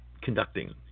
conducting